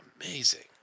amazing